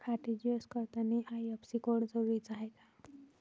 RTGS करतांनी IFSC code जरुरीचा हाय का?